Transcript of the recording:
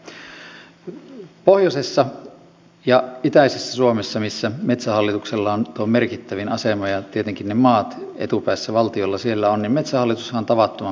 pohjoisessa ja itäisessä suomessa missä metsähallituksella on merkittävin asema ja tietenkin ne maat etupäässä valtiolla ovat metsähallitushan on tavattoman merkittävä työnantaja